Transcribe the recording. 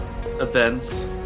events